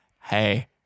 Hey